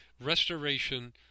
Restoration